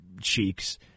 cheeks